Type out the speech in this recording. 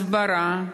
הסברה,